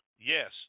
Yes